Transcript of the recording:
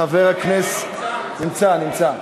חבר הכנסת, נמצא, נמצא.